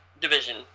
division